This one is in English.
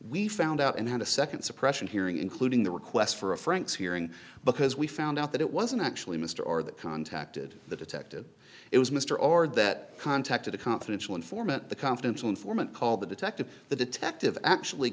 we found out and had a second suppression hearing including the request for a frank's hearing because we found out that it wasn't actually mr or that contacted the detective it was mr ord that contacted a confidential informant the confidential informant called the detective the detective actually